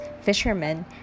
fishermen